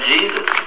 Jesus